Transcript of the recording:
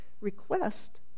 request